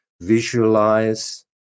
visualize